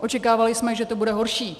Očekávali jsme, že to bude horší.